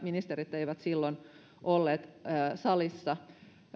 ministerit eivät silloin olleet salissa